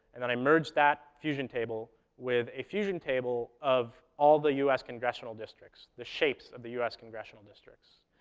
and then i merged that fusion table with a fusion table of all the u s. congressional districts, the shapes of the u s. congressional districts,